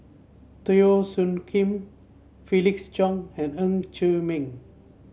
Teo Soon Kim Felix Cheong and Ng Chee Meng